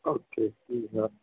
okay